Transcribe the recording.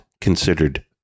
considered